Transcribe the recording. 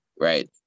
right